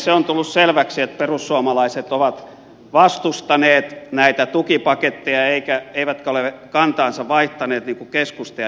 se on tullut selväksi että perussuomalaiset ovat vastustaneet näitä tukipaketteja eivätkä ole kantaansa vaihtaneet niin kuin keskusta ja demarit päittäin